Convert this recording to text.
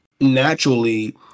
naturally